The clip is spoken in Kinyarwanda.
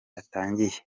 atangiye